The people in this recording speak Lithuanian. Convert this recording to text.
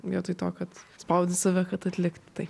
vietoj to kad spaudi save kad atlik tai